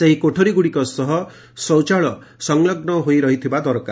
ସେହି କୋଠରିଗୁଡ଼ିକ ସହ ଶୌଚାଳୟ ସଂଲଗୁ ହୋଇ ରହିଥିବା ଦରକାର